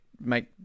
make